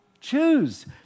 choose